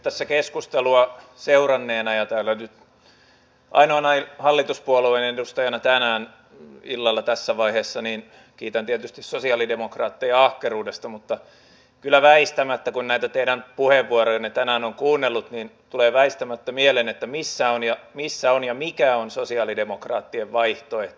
tässä keskustelua seuranneena ja täällä nyt ainoana hallituspuolueiden edustajana tänään illalla tässä vaiheessa kiitän tietysti sosialidemokraatteja ahkeruudesta mutta kun näitä teidän puheenvuorojanne tänään on kuunnellut niin tulee väistämättä mieleen että missä on ja mikä on sosialidemokraattien vaihtoehto